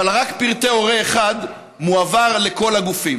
אבל רק פרטי הורה אחד מועברים לכל הגופים.